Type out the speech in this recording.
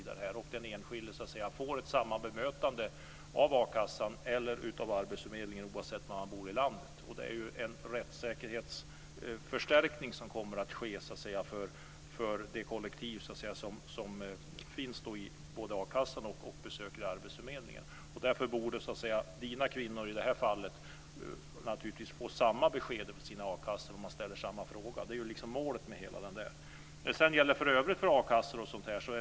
Den enskilde ska få samma bemötande av a-kassan eller arbetsförmedlingen oavsett var i landet man bor. Det är en rättssäkerhetsförstärkning som kommer att ske för det kollektiv som besöker både akassan och arbetsförmedlingen. Därför borde Margareta Anderssons kvinnor i det här fallet få samma besked av sina a-kassor om de ställer samma fråga. Det är det som är målet.